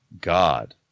God